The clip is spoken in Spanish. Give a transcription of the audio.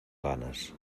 ganas